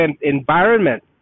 environment